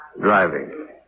Driving